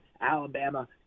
Alabama